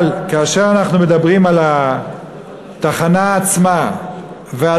אבל כאשר אנחנו מדברים על התחנה עצמה ועל